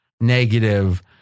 negative